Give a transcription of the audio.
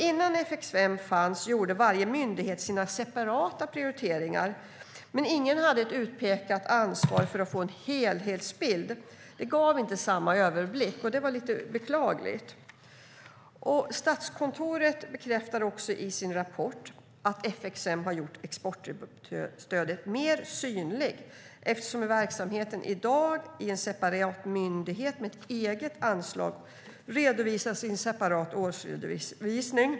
Innan FXM fanns gjorde varje myndighet separata prioriteringar, men ingen hade ett utpekat ansvar för att skapa en helhetsbild. Det gav inte samma överblick, vilket var beklagligt. Statskontoret bekräftar i sin rapport att FXM har gjort exportstödet mer synligt eftersom verksamheten i dag bedrivs i en separat myndighet med ett eget anslag och redovisas i en separat årsredovisning.